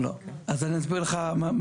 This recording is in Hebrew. יש פוליטיקאים שאמרו לאחרונה,